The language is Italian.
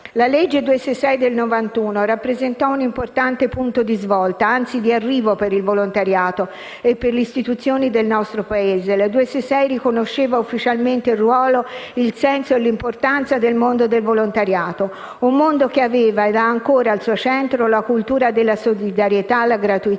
La legge n. 266 del 1991 rappresentò un importante punto di svolta, anzi di arrivo, per il volontariato e per le istituzioni del nostro Paese. Tale norma riconosceva ufficialmente il ruolo, il senso e l'importanza del mondo del volontariato, un mondo che aveva ed ha ancora al suo centro la cultura della solidarietà, la gratuità,